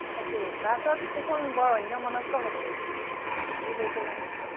তাকেই ক্লাছত দেখোন বৰ অন্যমনস্ক হৈ থাকে সি কি হৈছে জানো এতিয়া